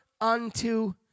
unto